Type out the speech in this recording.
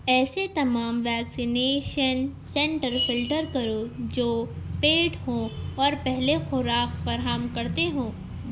ایسے تمام vaccination centre filter کرو جو پیڈ ہوں اور پہلے خوراک فراہم کرتے ہوں